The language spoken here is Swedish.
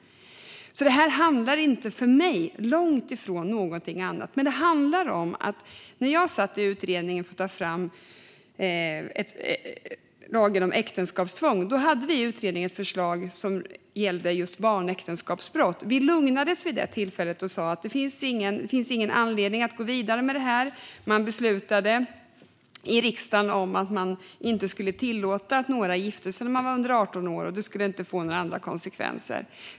För mig handlar det här inte om någonting annat. När jag satt i utredningen för att ta fram lagen om äktenskapstvång fanns det ett förslag som gällde just barnäktenskapsbrott. Vi lugnades vid det tillfället och sa att det inte fanns någon anledning att gå vidare med det här. Man beslutade i riksdagen att man inte skulle tillåta att några som var under 18 år gifte sig, och det skulle inte få några andra konsekvenser.